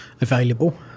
available